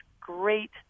great